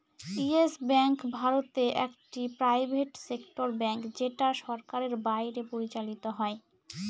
yes bank ভারতে একটি private sector bank যেটা সরকারের বাইরে পরিচালত হয়